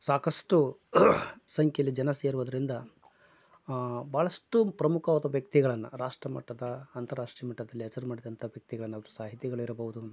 ಸಾಕಷ್ಟು ಸಂಖ್ಯೆಯಲ್ಲಿ ಜನ ಸೇರುವುದರಿಂದ ಬಹಳಷ್ಟು ಪ್ರಮುಖವಾದ ವ್ಯಕ್ತಿಗಳನ್ನ ರಾಷ್ಟ್ರಮಟ್ಟದ ಅಂತರಾಷ್ಟ್ರೀಯ ಮಟ್ಟದಲ್ಲಿ ಹೆಸರು ಮಾಡಿದಂಥ ವ್ಯಕ್ತಿಗಳನ್ನ ಅವರು ಸಾಹಿತಿಗಳಿರಬಹುದು